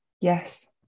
yes